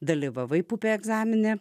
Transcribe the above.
dalyvavai pup egzamine